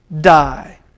die